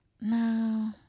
no